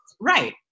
Right